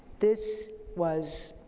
this was